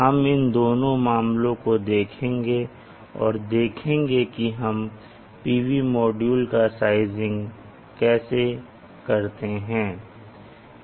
हम इन दोनों मामलों को देखेंगे और देखेंगे कि हम PV मॉड्यूल का साइजिंग कैसे करते हैं